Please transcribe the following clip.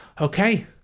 Okay